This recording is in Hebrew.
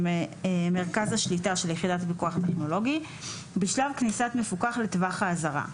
מרכז השליטה של יחידת הפיקוח הטכנולוגי בשלב כניסת מפוקח לטווח האזהרה,